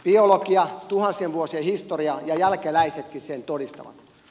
biologia tuhansien vuosien historia ja jälkeläisetkin sen todistavat